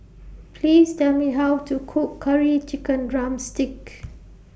Please Tell Me How to Cook Curry Chicken Drumstick